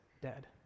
Dead